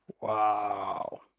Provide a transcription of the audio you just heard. Wow